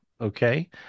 okay